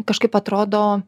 kažkaip atrodo